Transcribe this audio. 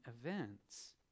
events